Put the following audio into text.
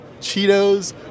Cheetos